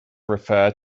refer